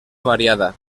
variada